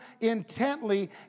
intently